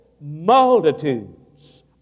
multitudes